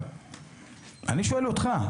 אני שואל אותך.